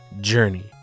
journey